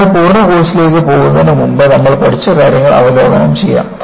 നമ്മൾ പൂർണ്ണ കോഴ്സിലേക്ക് പോകുന്നതിനുമുമ്പ് നമ്മൾ പഠിച്ച കാര്യങ്ങൾ അവലോകനം ചെയ്യാം